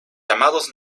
llamados